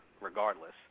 regardless